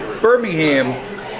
Birmingham